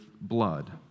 blood